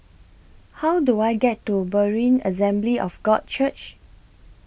How Do I get to Berean Assembly of God Church